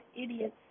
Idiots